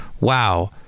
Wow